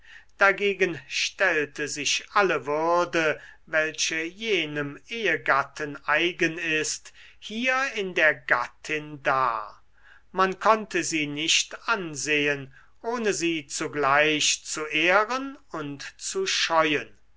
dagegen stellte sich alle würde welche jenem ehegatten eigen ist hier in der gattin dar man konnte sie nicht ansehen ohne sie zugleich zu ehren und zu scheuen